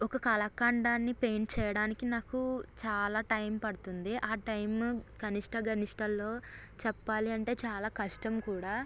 ఒక కళాఖండాన్ని పెయింట్ చేయడానికి నాకు చాలా టైమ్ పడుతుంది ఆ టైమ్ కనిష్ట గరిష్టలో చెప్పాలంటే చాలా కష్టం కూడా